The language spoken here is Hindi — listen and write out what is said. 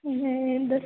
यह दस हज़ार